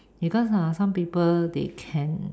because ah some people they can